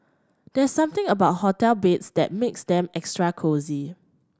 there's something about hotel beds that makes them extra cosy